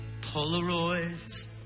Polaroids